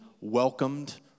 welcomed